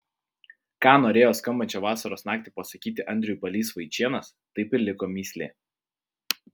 ką norėjo skambančią vasaros naktį pasakyti andriui balys vaičėnas taip ir liko mįslė